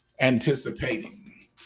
anticipating